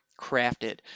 crafted